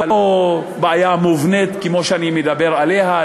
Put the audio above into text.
לא בעיה מובנית כמו שאני מדבר עליה,